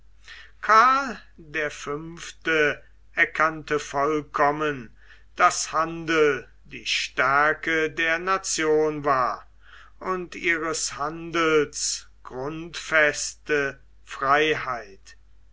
karl der fünfte erkannte vollkommen daß handel die stärke der nation war und ihres handels grundfeste freiheit